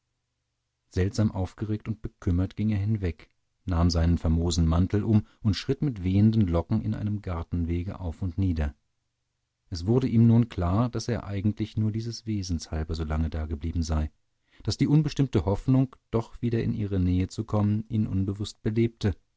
seltsam aufgeregt und bekümmert ging er hinweg nahm seinen famosen mantel um und schritt mit wehenden locken in einem gartenwege auf und nieder es wurde ihm nun klar daß er eigentlich nur dieses wesens halber so lange dageblieben sei daß die unbestimmte hoffnung doch wieder in ihre nähe zu kommen ihn unbewußt belebte